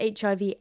hiv